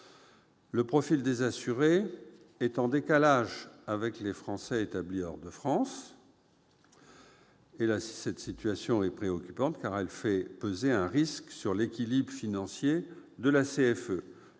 le profil des assurés apparaît en décalage avec celui des Français établis hors de France. Cette situation est préoccupante, car elle fait peser un risque sur l'équilibre financier de la CFE,